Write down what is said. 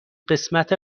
قسمت